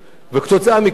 כתוצאה מכך,